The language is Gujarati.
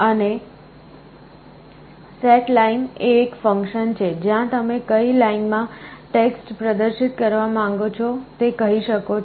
અને સેટલાઈન એ એક ફંક્શન છે જ્યાં તમે કઈ લાઈનમાં ટેક્સ્ટ પ્રદર્શિત કરવા માંગો છો તે કહી શકો છો